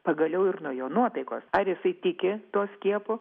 pagaliau ir nuo jo nuotaikos ar jisai tiki tuo skiepu